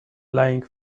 lying